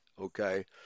okay